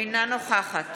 אינה נוכחת